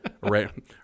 Right